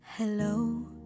Hello